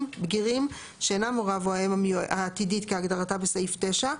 בגירים שאינם הוריו או האם העתידית כהגדרתה בסעיף 9,